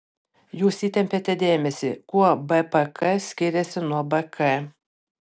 jūs įtempiate dėmesį kuo bpk skiriasi nuo bk